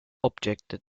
objected